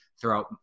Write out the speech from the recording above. throughout